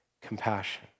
compassion